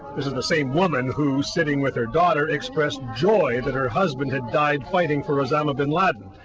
this is the same woman who, sitting with her daughter, expressed joy that her husband had died fighting for osama bin laden,